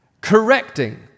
correcting